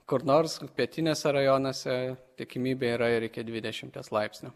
kur nors pietiniuose rajonuose tikimybė yra ir iki dvidešimties laipsnių